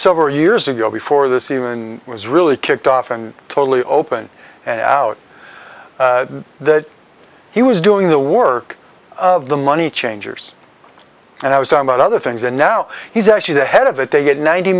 several years ago before this even was really kicked off and totally open and out that he was doing the work of the money changers and i was on about other things and now he's actually the head of it they get ninety